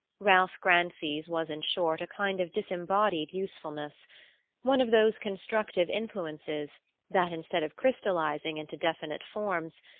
ralph grancy's was in short a kind of disembodied usefulness one of those constructive influences that, instead of crystallizing into definite forms,